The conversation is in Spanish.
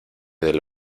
del